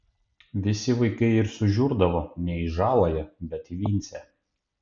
visi vaikai ir sužiurdavo ne į žaląją bet į vincę